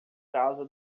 causa